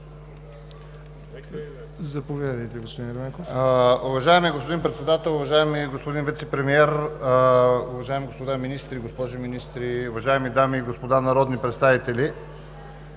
Уважаеми господин Председател, уважаеми господин Вицепремиер, уважаеми господа министри и госпожи министри, уважаеми дами и господа народни представители!